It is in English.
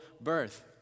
birth